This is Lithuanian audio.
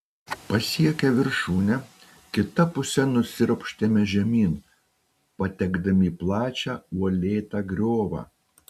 pasiekę viršūnę kita puse nusiropštėme žemyn patekdami į plačią uolėtą griovą